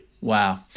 Wow